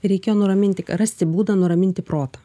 reikėjo nuraminti rasti būdą nuraminti protą